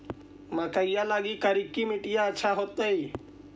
मकईया लगी करिकी मिट्टियां अच्छा होतई